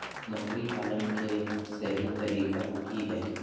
बकरी पालन के सही तरीका की हय?